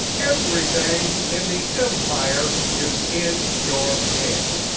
everything in the empire is in your hand.